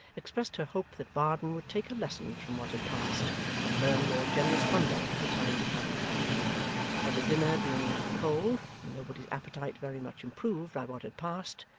expressed her hope that varden would take a lesson from what had passed and learn more generous conduct for the time to come and the dinner being now cold and nobody's appetite very much improved by what had passed,